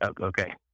okay